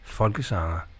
folkesanger